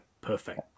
perfect